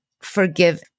forgive